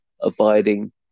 avoiding